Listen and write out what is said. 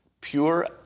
Pure